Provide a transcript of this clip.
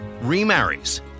remarries